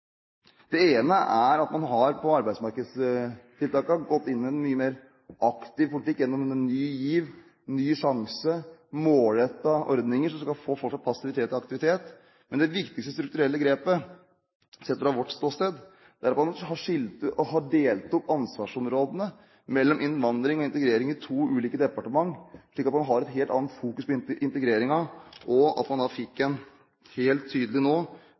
Det ene er at man på arbeidsmarkedstiltakene har gått inn i en mye mer aktiv politikk med ny giv, ny sjanse, målrettede ordninger som skal få folk fra passivitet til aktivitet. Men det viktigste strukturelle grepet sett fra vårt ståsted er at man har delt opp ansvarsområdene mellom innvandring og integrering i to ulike departementer, slik at man har et helt annet fokus på integreringen, og at man